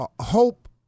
hope